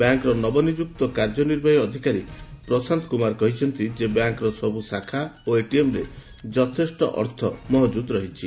bank ନବନିଯୁକ୍ତ କାର୍ଯ୍ୟନିର୍ବାହୀ ଅଧିକାରୀ ପ୍ରଶାନ୍ତ କୁମାର କହିଛନ୍ତି ଯେ ବ୍ୟାଙ୍କର ସବୁ ଶାଖା ଓ ଏଟିଏମ୍ରେ ଯଥେଷ୍ଟ ଅର୍ଥ ମହକୁଦ ରହିଛି